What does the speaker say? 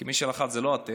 כי מי שלחץ זה לא אתם,